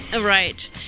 Right